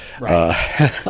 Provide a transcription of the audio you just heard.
Right